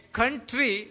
country